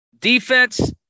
Defense